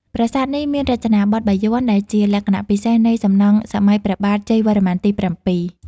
ប្រាសាទនេះមានរចនាបថបាយ័ន ដែលជាលក្ខណៈពិសេសនៃសំណង់សម័យព្រះបាទជ័យវរ្ម័នទី ៧។